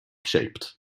shaped